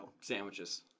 Sandwiches